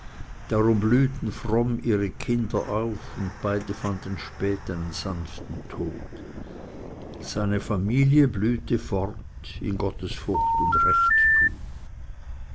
darum blühten fromm ihre kinder auf und beide fanden spät einen sanften tod seine familie blühte fort in gottesfurcht und rechttun